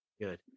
Good